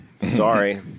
Sorry